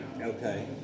Okay